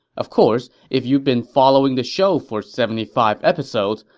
of course, if you've been following the show for seventy five episodes,